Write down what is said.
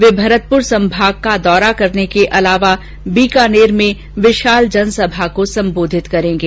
वे मरतपुर संभाग का दौरा करने के अलावा बीकानेर में विशाल जनसभा को संबोधित करेंगे